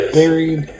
buried